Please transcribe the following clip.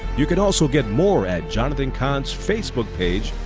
you can also get more at jonathan cahn's facebook page,